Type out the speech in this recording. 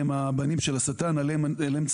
אני רוצה לגרום לכך שהם לא יעשו את זה,